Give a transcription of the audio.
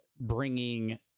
bringing